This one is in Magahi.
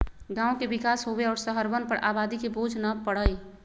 गांव के विकास होवे और शहरवन पर आबादी के बोझ न पड़ई